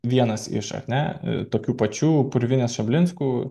vienas iš ar ne tokių pačių purvinės šoblinskų